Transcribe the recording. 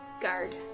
guard